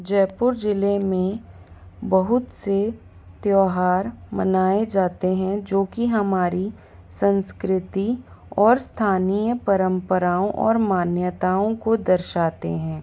जयपुर ज़िले में बहुत से त्योहार मनाए जाते हैं जो कि हमारी संस्कृति और स्थानीय परम्पराओं और मान्यताओं को दर्शाते हैं